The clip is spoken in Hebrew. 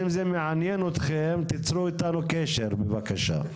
אם זה מעניין אתכם, תיצרו איתנו קשר בבקשה.